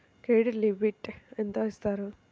Credit limit ఎంత ఇస్తారు?